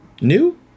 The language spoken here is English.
New